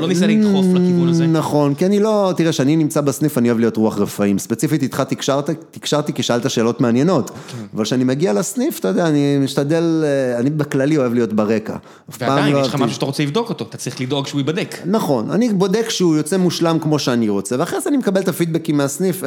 לא ניסה להדחוף לכיוון הזה. נכון, כי אני לא, תראה, כשאני נמצא בסניף, אני אוהב להיות רוח רפאים. ספציפית, איתך תקשרתי, כי שאלת שאלות מעניינות. אבל כשאני מגיע לסניף, אתה יודע, אני משתדל, אני בכללי אוהב להיות ברקע. ועדיין, יש לך משהו שאתה רוצה לבדוק אותו, אתה צריך לדאוג שהוא ייבדק. נכון, אני בודק שהוא יוצא מושלם כמו שאני רוצה, ואחרי זה אני מקבל את הפידבקים מהסניף,